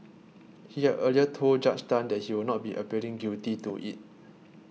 he had earlier told Judge Tan that he would not be pleading guilty to it